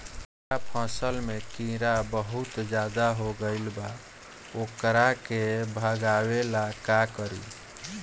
हमरा फसल में टिड्डा बहुत ज्यादा हो गइल बा वोकरा के भागावेला का करी?